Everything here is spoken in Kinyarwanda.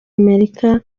amerika